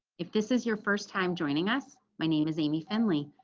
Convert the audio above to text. if this is your first time joining us. my name is amy finley,